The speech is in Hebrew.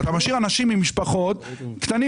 אתה משאיר משפחות עם ילדים קטנים.